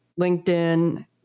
LinkedIn